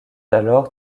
alors